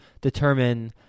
determine